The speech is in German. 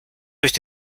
durch